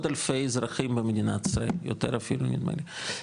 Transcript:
אלפי אזרחים במדינת ישראל יותר אפילו נדמה לי.